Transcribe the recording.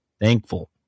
thankful